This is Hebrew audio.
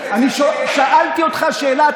שאלתי אותך שאלה.